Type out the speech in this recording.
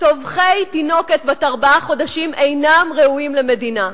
שטובחי תינוקת בת ארבעה חודשים אינם ראויים למדינה,